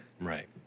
Right